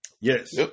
Yes